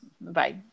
Bye